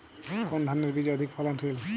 কোন ধানের বীজ অধিক ফলনশীল?